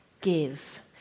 give